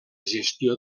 gestió